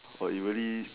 !wah! you really